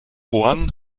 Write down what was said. juan